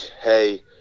Hey